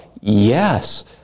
Yes